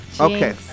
Okay